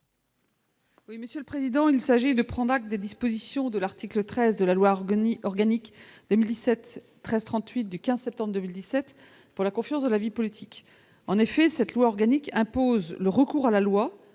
monsieur le président, il s'agit de prendre acte des dispositions de l'article 13 de la loi organique organique même 17 13 38 du 15 septembre 2017 pour la confiance dans la vie politique, en effet, cette loi organique impose le recours à la loi